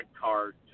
card